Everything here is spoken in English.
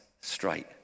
straight